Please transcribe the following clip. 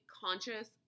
conscious